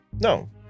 No